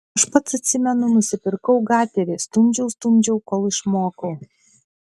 aš pats atsimenu nusipirkau gaterį stumdžiau stumdžiau kol išmokau